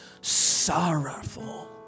sorrowful